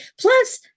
Plus